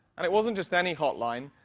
and it wasn't just any hotline,